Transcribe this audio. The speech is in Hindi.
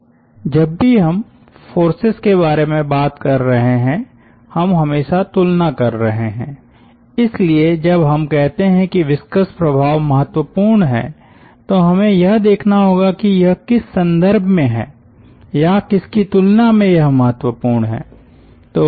जब भी हम फोर्सेस के बारे में बात कर रहे हैं हम हमेशा तुलना कर रहे हैं इसलिए जब हम कहते हैं कि विस्कस प्रभाव महत्वपूर्ण हैं तो हमें यह देखना होगा कि यह किस संदर्भ में है या किसकी तुलना में यह महत्वपूर्ण हैं